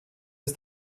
ist